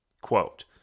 Quote